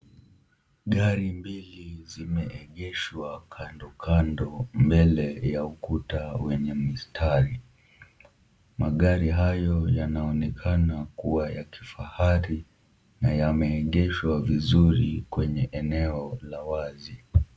Gari mbili zimeegeshwa kando kando mbele ya ukuta wenye mistari. Magari hayo yanaonekana kuwa ya kifahari na yameegeshwa vizuri kwenye eneo la wazi.